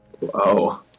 Whoa